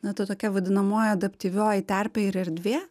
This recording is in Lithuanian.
na ta tokia vadinamoji adaptyvioji terpė ir erdvė